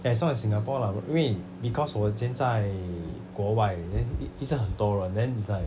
that's not in singapore lah but 因为 because 我以前在国外 then 一一直很多人 then it's like